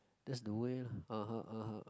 that's the way lah (uh huh) (uh huh)